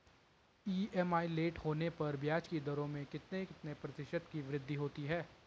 EMI late होने पर ब्याज की दरों में कितने कितने प्रतिशत की वृद्धि होती है?